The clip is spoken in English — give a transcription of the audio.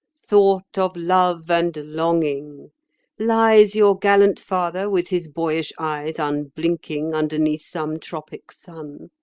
thought of love and longing lies your gallant father with his boyish eyes unblinking underneath some tropic sun?